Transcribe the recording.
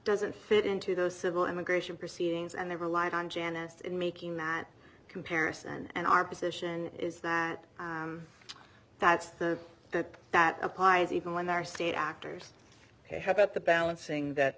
doesn't fit into those civil immigration proceedings and they relied on janice in making that comparison and our position is that that's the that that applies even when there are state actors ok how about the balancing that